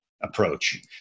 approach